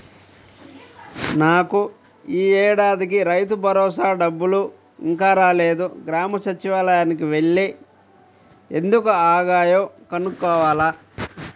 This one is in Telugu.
నాకు యీ ఏడాదికి రైతుభరోసా డబ్బులు ఇంకా రాలేదు, గ్రామ సచ్చివాలయానికి యెల్లి ఎందుకు ఆగాయో కనుక్కోవాల